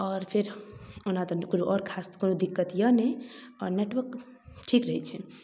आओर फेर ओना तऽ कोनो आओर कोनो खास कोनो दिक्कत अइ नहि आओर नेटवर्क ठीक रहै छै